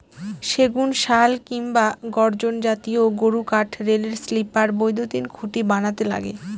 সেগুন, শাল কিংবা গর্জন জাতীয় গুরুকাঠ রেলের স্লিপার, বৈদ্যুতিন খুঁটি বানাতে লাগে